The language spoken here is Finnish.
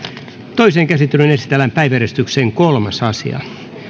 toiseen käsittelyyn esitellään päiväjärjestyksen kolmas asia